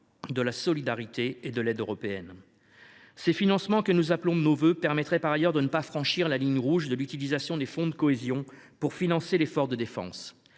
de la solidarité et de l’aide européennes. Ces financements que nous appelons de nos vœux permettraient par ailleurs de ne pas franchir la ligne rouge de l’utilisation des fonds de cohésion pour financer l’effort de défense.